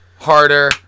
harder